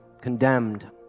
condemned